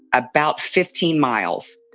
about fifteen miles.